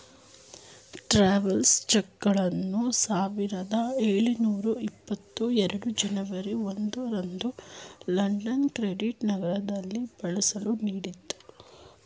travels ಚೆಕ್ಗಳನ್ನು ಸಾವಿರದ ಎಳುನೂರ ಎಪ್ಪತ್ತ ಎರಡು ಜನವರಿ ಒಂದು ರಂದು ಲಂಡನ್ ಕ್ರೆಡಿಟ್ ನಗರದಲ್ಲಿ ಬಳಸಲು ನೀಡಿತ್ತು